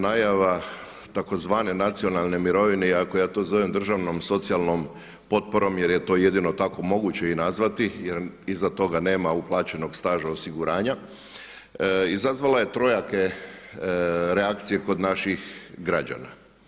Najava tzv. nacionalne mirovine iako ja to zovem državnom socijalnom potporom jer je to jedino tako moguće i nazvati jer iza toga nema uplaćeno staža osiguranja izazvala je trojake reakcije kod naših građana.